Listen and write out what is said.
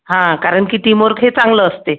हां कारण की टीमवर्क हे चांगलं असते